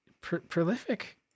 prolific